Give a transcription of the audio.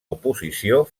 oposició